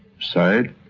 site